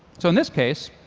so in this case,